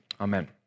Amen